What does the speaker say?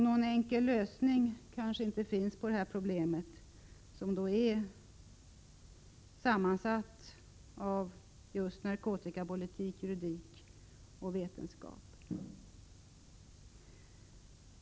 Någon enkel lösning kanske inte finns på det här problemet, som alltså är sammansatt av just narkotikapolitik, juridik och vetenskap.